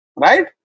Right